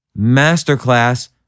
masterclass